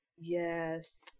yes